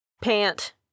pant